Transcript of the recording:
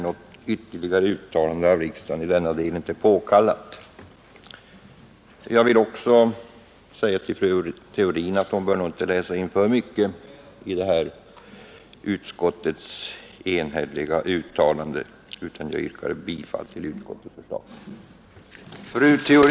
Något ytterligare uttalande av riksdagen i denna del är inte påkallat.” Fru Theorin bör nog inte läsa in för mycket i utskottets enhälliga uttalande. Jag yrkar bifall till utskottets förslag.